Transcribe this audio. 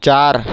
चार